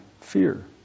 fear